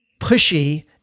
pushy